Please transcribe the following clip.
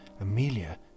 Amelia